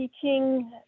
teaching